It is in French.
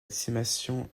dissémination